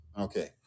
okay